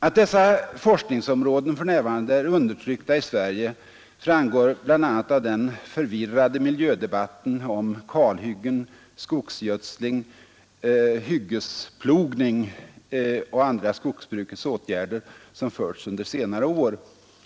Att dessa forskningsområden för närvarande är undertryckta i Sverige framgår bl.a. av den förvirrade miljödebatten om kalhyggen, skogsgödsling, hyggesplogning och andra skogsbrukets åtgärder som förts under senare år.